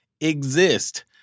exist